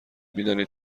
میدانید